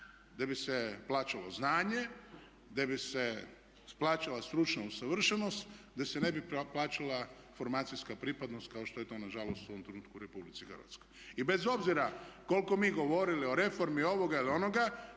bi se plaćalo znanje, gdje bi se plaćala stručna usavršenost, gdje se ne bi plaćala formacijska pripadnost kao što je to nažalost u ovom trenutku u RH. I bez obzira koliko mi govorili o reformi ovoga ili onoga,